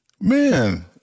Man